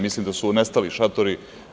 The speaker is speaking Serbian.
Mislim da su nestali šatori.